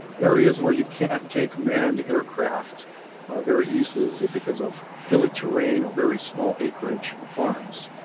areas where you can't take manned aircraft very easily because of hilly terrain or very small acreage farms.